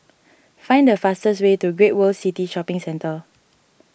find the fastest way to Great World City Shopping Centre